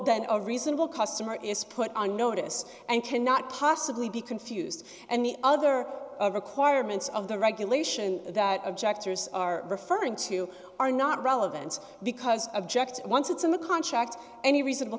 that a reasonable customer is put on notice and cannot possibly be confused and the other requirements of the regulation that objectors are referring to are not relevant because object once it's in the contract any reasonable